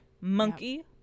monkey